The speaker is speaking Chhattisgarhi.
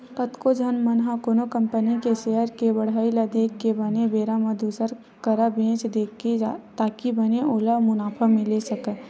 कतको झन मन ह कोनो कंपनी के सेयर के बड़हई ल देख के बने बेरा म दुसर करा बेंच देथे ताकि बने ओला मुनाफा मिले सकय